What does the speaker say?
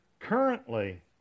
currently